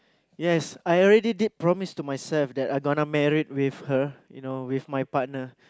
yes I already did promise to myself that I gonna married with her you know with my partner